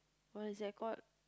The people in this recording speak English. what is that called